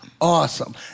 Awesome